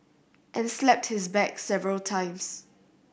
and slapped his back several times